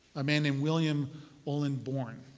a man named william olan bourne.